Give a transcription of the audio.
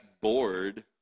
bored